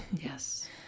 yes